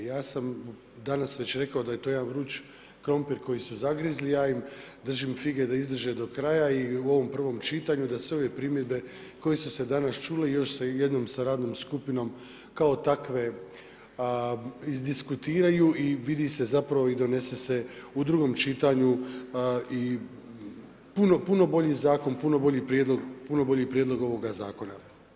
Ja sam danas već rekao to je jedan vrući krumpir koji su zagrizli, ja im držim fige da izdrže do kraja i u ovom prvom čitanju da se ove primjedbe koje su se danas čule još se jednom sa radnom skupinom kao takve izdiskutiraju i vidi se zapravo i donese se u drugom čitanju i puno, puno bolji zakon, puno bolji prijedlog ovoga zakona.